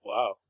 Wow